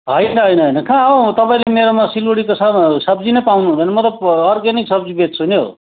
होइन होइन होइन कहाँ हो तपाईँले मेरोमा सिलगडीको सब्जी नै पाउनु हुँदैन म त अर्ग्यानिक सब्जी बेच्छु नि हौ